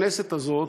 הכנסת הזאת,